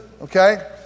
Okay